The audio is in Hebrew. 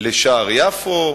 לשער יפו,